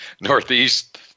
Northeast